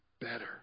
better